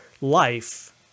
life